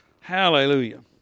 Hallelujah